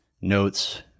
notes